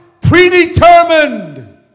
predetermined